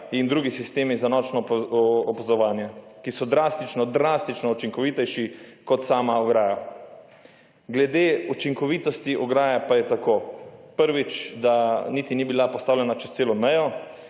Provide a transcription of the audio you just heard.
in drugi sistemi za nočno opazovanje, ki so drastično, drastično učinkovitejši kot sama ograja. Glede učinkovitosti ograje pa je tako. Prvič, da niti ni bila postavljena čez celo mejo.